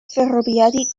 ferroviari